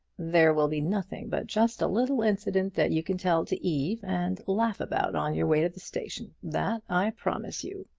there will be nothing but just a little incident that you can tell to eve and laugh about on your way to the station. that i promise you.